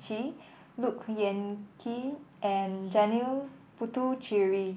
Chee Look Yan Kit and Janil Puthucheary